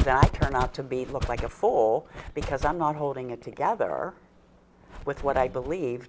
try not to be looked like a fool because i'm not holding it together or with what i believe